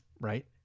right